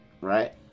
right